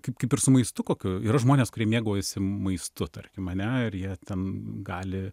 kaip kaip ir su maistu kokiu yra žmonės kurie mėgaujasi maistu tarkim ane ir jie ten gali